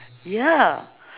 ya